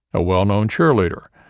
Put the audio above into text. a well-known cheerleader,